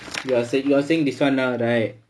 you are saying you are saying this one now right